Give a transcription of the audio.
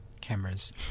cameras